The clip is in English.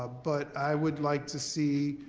ah but i would like to see,